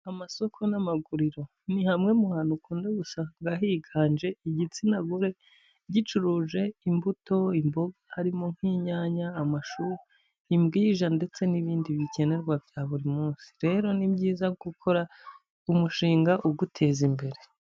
Amasoko n'amaguriro. Ni hamwe mu hantu ukunda gusanga higanje igitsina gore, gicuruje imbuto, imboga, harimo nk'inyanya, amashu, imbwija ndetse n'ibindi bikenerwa bya buri munsi. Rero ni byiza gukora umushinga uguteza imbere.